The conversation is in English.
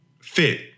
fit